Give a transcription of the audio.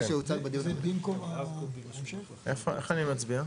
רגע, איפה מצביעים?